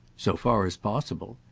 so far as possible.